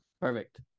Perfect